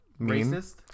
racist